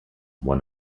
one